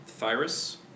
Thyrus